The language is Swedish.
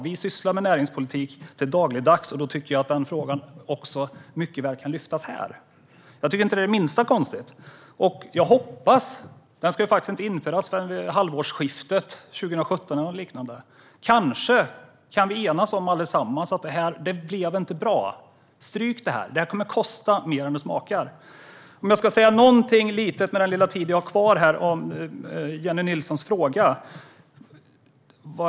Vi sysslar med näringsliv dagligdags, och därför anser jag att den frågan mycket väl kan lyftas upp här. Det är inte det minsta konstigt. Förslaget ska inte införas vid halvårsskiftet 2017. Kanske kan vi alla enas om att förslaget inte blev bra. Stryk det. Det kommer att kosta mer än det smakar. Låt mig säga något om Jennie Nilssons fråga.